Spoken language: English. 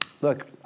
Look